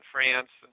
France